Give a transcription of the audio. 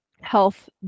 health